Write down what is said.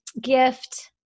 gift